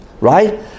Right